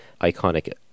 iconic